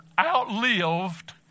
outlived